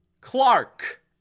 Clark